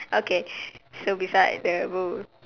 okay so beside the booth